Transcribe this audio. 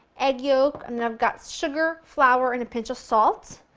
egg yolk, and i've got sugar, flour and a pinch of salt.